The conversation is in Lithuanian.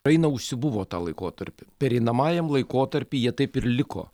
ukraina užsibuvo tą laikotarpį pereinamajam laikotarpy jie taip ir liko